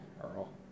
Earl